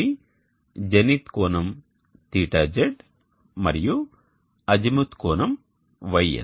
అవి జెనిత్ కోణం θz మరియు అజిముత్ కోణం γS